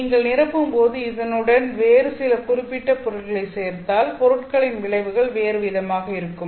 நீங்கள் நிரப்பும்போது இதனுடன் வேறு சில குறிப்பிட்ட பொருட்களை சேர்த்தால் பொருட்களின் விளைவுகள் வேறு விதமாக இருக்கும்